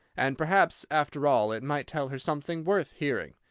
and perhaps after all it might tell her something worth hearing.